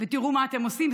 ותראו מה אתם עושים.